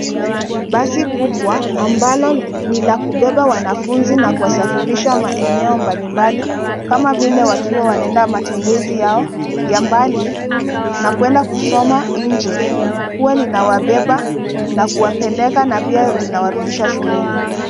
Basi kubwa ambalo ni la kubeba wanafunzi na kuwasafirisha maeneo mbalimbali kama vile wakiwa wanaenda matembezi yao ya mbali na kuenda kusoma nje. Huwa linawabeba na kuwapeleka na pia linawarudisha shuleni.